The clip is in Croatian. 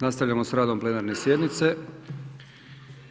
Nastavljamo s radom plenarne sjednice